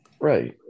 Right